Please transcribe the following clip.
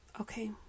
Okay